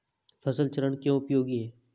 फसल चरण क्यों उपयोगी है?